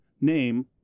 name